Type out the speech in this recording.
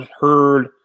heard